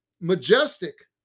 majestic